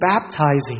baptizing